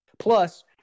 Plus